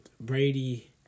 Brady